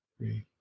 three